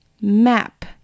map